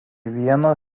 vieno